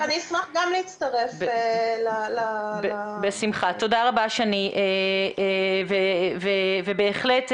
אשמח להצטרף גם --- בשמחה, תודה רבה שני, בהחלט.